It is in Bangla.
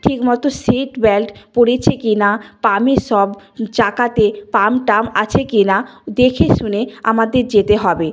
ঠিক মতো সিট বেল্ট পরেছে কি না পাম্পে সব চাকাতে পাম্প টাম আছে কি না দেখে শুনে আমাদের যেতে হবে